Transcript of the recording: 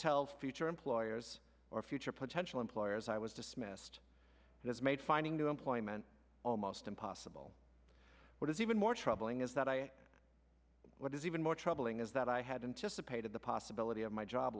tell future employers or future potential employers i was dismissed has made finding new employment almost impossible what is even more troubling is that i what is even more troubling is that i had anticipated the possibility of my job